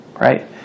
right